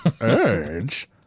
Urge